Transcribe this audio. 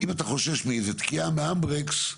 אם אתה חושש מאיזו תקיעה מהנד ברקס,